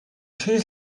schieß